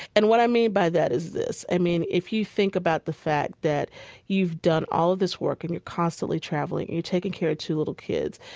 and what i mean by that is this. i mean, if you think about the fact that you've done all of this work and you're constantly traveling. you're taking care of two little kids.